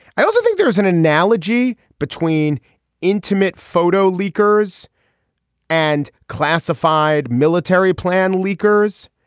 i also think there is an analogy between intimate photo leakers and classified military plan leakers.